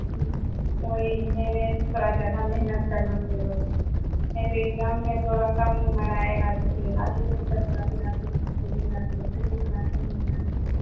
जी ठीक है वही मैनेज थोड़ा ज़्यादा मेहनत करना पड़ेगा उसको नहीं तो इग्ज़ाम में थोड़ा कम नम्बर आएगा तो फ़िर आप ही को दिक्कत होगा फ़िर आप ही मेरे को बोलिएगा कि आप कैसे पढ़ाते हैं इतना कम